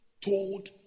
told